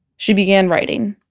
she began writing.